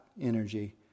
energy